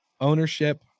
ownership